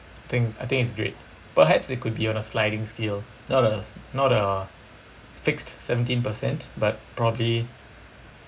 I think I think it's great perhaps it could be on a sliding scale not a not a fixed seventeen percent but probably